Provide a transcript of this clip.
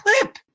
clip